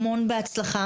המון בהצלחה.